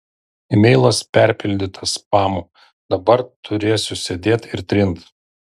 emailas perpildytas spamu dabar turėsiu sėdėt ir trint